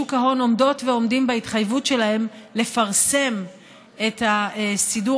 בשוק ההון עומדות ועומדים בהתחייבות שלהם לפרסם את הסידור